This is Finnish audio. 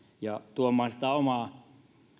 ja tuomaan sitä omaa